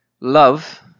love